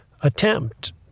attempt